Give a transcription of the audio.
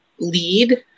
lead